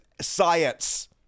science